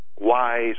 wise